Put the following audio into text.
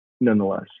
nonetheless